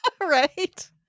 Right